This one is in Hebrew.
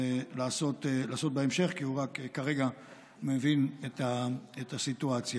לעשות בהמשך, כי הוא רק כרגע מבין את הסיטואציה.